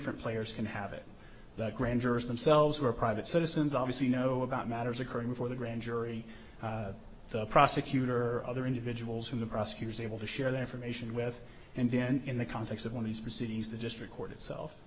different players can have it that grand jurors themselves were private citizens obviously know about matters occurring before the grand jury the prosecutor other individuals in the prosecutor's able to share that information with and then in the context of one of these proceedings the district court itself